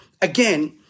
again